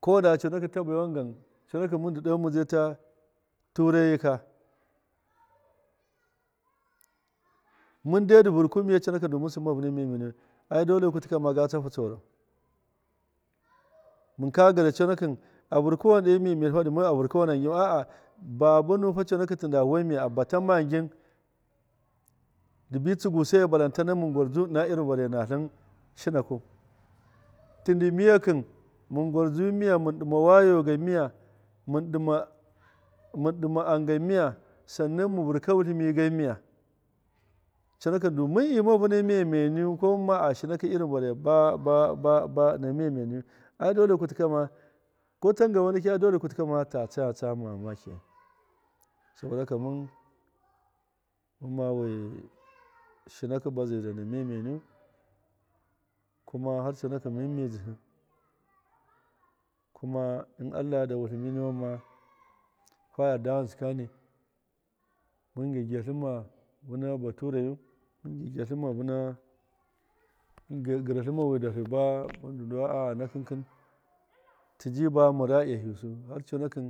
Koda conakɨn tabaiwan gan conakɨn mɨn dɨ ɗe midzai ta turai yika mɨn dai dɨ vɨrkuwin miya du mɨn sima vina memeniyu ai dole kutɨ kama ga tsahu tsoro mɨnka gɨra conakɨn a virkɨwan ɗe memeni dɨ wai a virkɨwana ngimu a'a baba nuwin conakin tɨ nda vuwa miya a bata ma ngin dɨbi tsɨguseyi banletane mɨn gwarjuwin ɨna irin varai natlɨn shinaku tɨndi miya kɨn mɨn gwarjuwin miya mɨn ɗɨma wayo gan miya mɨn ɗɨma am gan miya sannan mɨn vɨrka wutlɨmi gan miya conakɨn du mɨn ima vɨna memeniyu ko mɨnma a shinakɨ irin vare ba- ba- ba ni memeniyu ai dole kutɨkama tiya tsaya tsaya mamaki saboda haka mɨn- mɨn ma wi sinakɨ ba zira memeniyu kuma har conakɨn mɨn mihzihɨ kuma in allah ya yarda wutlɨmi niwan ma kwa yarda ghɨnsɨ kani mɨ gyagiyatlɨnma vɨna baturayu mɨ gɨratlɨn ma wi darhɨ a nakɨn kɨn tɨji ba mɨn mara iyahiyusu har conakin